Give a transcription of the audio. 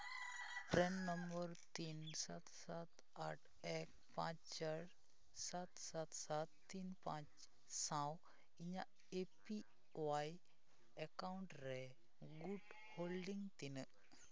ᱯᱨᱟᱱ number ᱛᱤᱱ ᱥᱟᱛ ᱟᱴ ᱮ ᱯᱟᱸᱪ ᱪᱟᱨ ᱥᱟᱛ ᱥᱟᱛ ᱥᱟᱛ ᱛᱤᱱ ᱯᱟᱸᱪ ᱥᱟᱶ ᱤᱧᱟᱹᱜ ᱮ ᱯᱤ ᱳᱣᱟᱭ ᱮᱠᱟᱣᱩᱱᱴ ᱨᱮ ᱜᱩᱴ ᱦᱳᱞᱰᱤᱝ ᱛᱤᱱᱟᱹᱜ